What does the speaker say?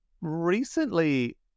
Recently